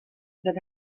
that